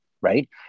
right